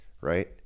right